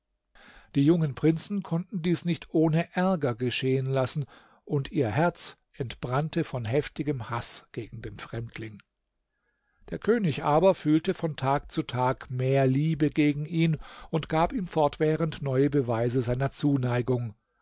die jungen prinzen konnten dies nicht ohne ärger geschehen lassen und ihr herz entbrannte von heftigem haß gegen den fremdling der könig aber fühlte von tag zu tag mehr liebe gegen ihn und gab ihm fortwährend neue beweise seiner zuneigung